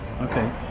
Okay